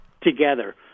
together